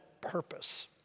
purpose